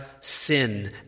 sin